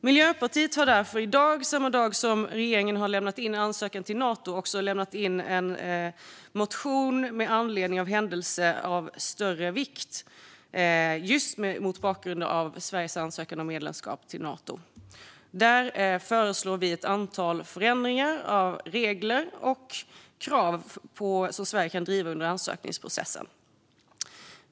Miljöpartiet har därför i dag, samma dag som regeringen har lämnat in ansökan till Nato, lämnat in en motion med anledning av händelse av större vikt, just mot bakgrund av Sveriges ansökan om medlemskap i Nato. Där föreslår vi ett antal förändringar av regler och krav som Sverige kan driva under ansökningsprocessen.